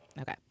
Okay